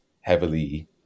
heavily